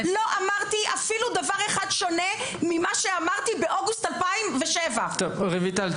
לא אמרתי אפילו דבר אחד שונה ממה שאמרתי באוגוסט 2007. רויטל,